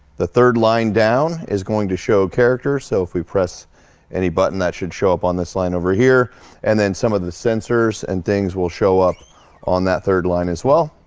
the third line down is going to show characters so if we press any button that should show up on this line over here and then some of the sensors and things will show up on that third line as well